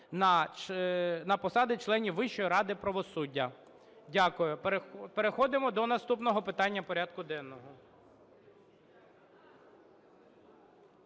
на посади членів Вищої Ради правосуддя. Дякую. Переходимо до наступного питання порядку денного.